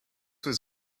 was